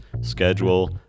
schedule